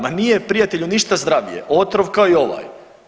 Ma nije prijatelju ništa zdravije, otrov kao i ovaj.